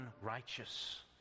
unrighteous